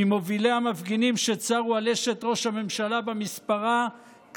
ממובילי המפגינים שצרו על אשת ראש הממשלה במספרה,